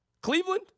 Cleveland